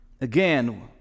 again